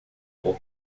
por